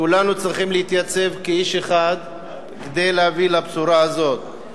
כולנו צריכים להתייצב כאיש אחד כדי להביא לבשורה הזאת.